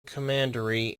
commandery